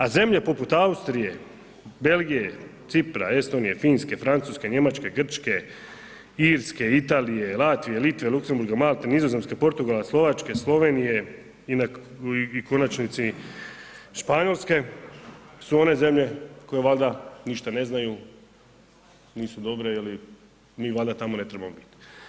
A zemlje poput Austrije, Belgije, Cipra, Estonije, Finske, Francuske, Njemačke, Grčke, Irske, Italije, Latvije, Litve, Luksemburga, Malte, Nizozemske, Portugala, Slovačke, Slovenije i u konačnici Španjolske su one zemlje koje valjda ništa ne znaju, nisu dobre ili mi valjda tamo ne trebamo bit.